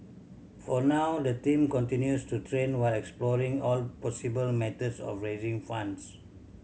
for now the team continues to train while exploring all possible methods of raising funds